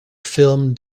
film